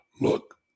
Look